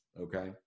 okay